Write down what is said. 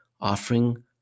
offering